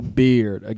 beard